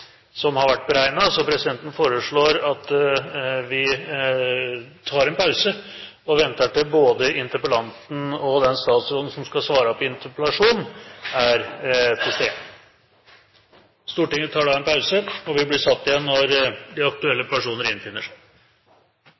som har vært beregnet, og foreslår at vi tar en pause og venter til både interpellanten og den statsråden som skal svare på interpellasjonen, er til stede. Stortinget tar da en pause, og møtet vil bli satt igjen når de aktuelle personer innfinner seg.